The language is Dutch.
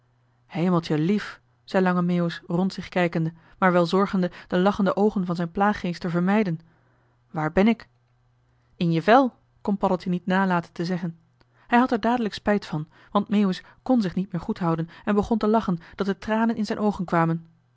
hemeltjelief zei lange meeuwis rond zich kijkende maar wel zorgende de lachende oogen van zijn plaaggeest te vermijden waar ben ik in je vel kon paddeltje niet nalaten te zeggen hij had er dadelijk spijt van want meeuwis kn zich niet meer goed houden en begon te lachen dat de tranen in zijn oogen kwamen